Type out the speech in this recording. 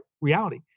reality